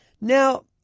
Now